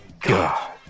God